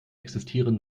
existieren